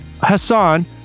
Hassan